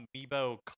Amiibo